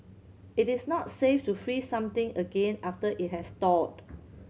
it is not safe to freeze something again after it has thawed